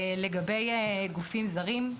לגבי גופים זרים,